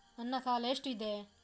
ನನ್ನ ಸಾಲ ಎಷ್ಟು ಇದೆ?